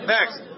Next